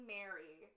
Mary